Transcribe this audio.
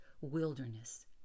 wilderness